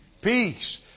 peace